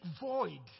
void